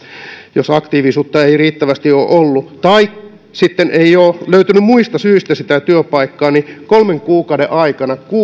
jos aktiivisuutta ei riittävästi ole ollut tai sitten ei ole löytynyt muista syistä sitä työpaikkaa niin kolmen kuukauden aikana